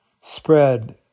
spread